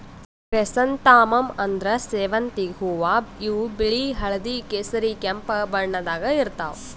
chrysanthemum ಅಂದ್ರ ಸೇವಂತಿಗ್ ಹೂವಾ ಇವ್ ಬಿಳಿ ಹಳ್ದಿ ಕೇಸರಿ ಕೆಂಪ್ ಬಣ್ಣದಾಗ್ ಇರ್ತವ್